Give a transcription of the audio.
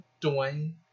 Dwayne